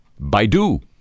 Baidu